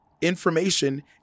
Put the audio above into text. information